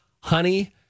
honey